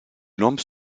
langue